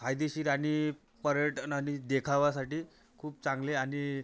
फायदेशीर आणि पर्यटनानी देखाव्यासाठी खूप चांगली आणि